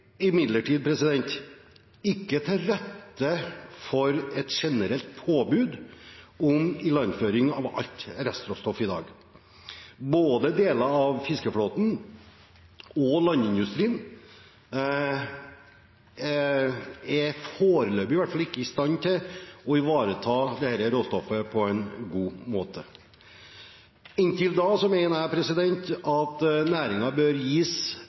ikke til rette for et generelt påbud om ilandføring av alt restråstoff i dag. Verken deler av fiskeflåten eller landindustrien er – i hvert fall foreløpig – i stand til å ivareta dette råstoffet på en god måte. Inntil da mener jeg at næringen bør gis